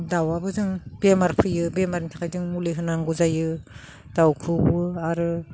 दाउआबो जों बेमार फैयो बेमारनि थाखाय जों मुलि होनांगौ जायो दाउखौबो आरो